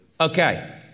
Okay